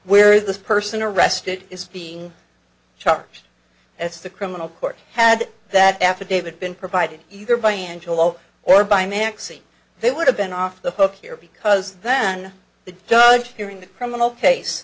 where the person arrested is being charged that's the criminal court had that affidavit been provided either by angelo or by maxie they would have been off the hook here because then the judge hearing the criminal case